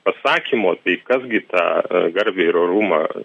pasakymo tai kas gi tą garbę ir orumą